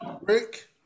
rick